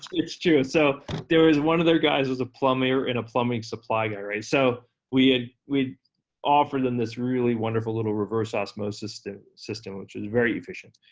it's true. so there was one of their guys was a plumber, and a plumbing supply guy, right? so we and we offered them this really wonderful little reverse osmosis system, which was very efficient.